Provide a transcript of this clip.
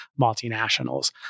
multinationals